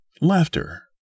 Laughter